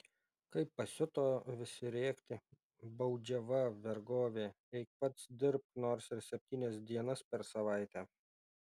kai pasiuto visi rėkti baudžiava vergovė eik pats dirbk nors ir septynias dienas per savaitę